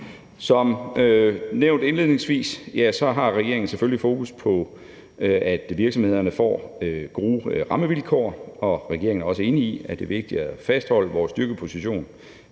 Som nævnt indledningsvis har regeringen selvfølgelig fokus på, at virksomhederne får gode rammevilkår, og regeringen er også enig i, at det er vigtigt at fastholde vores styrkeposition